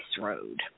Road